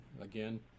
again